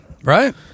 Right